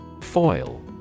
Foil